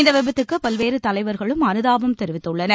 இந்த விபத்துக்கு பல்வேறு தலைவர்களும் அனுதாபம் தெரிவித்துள்ளனர்